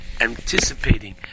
anticipating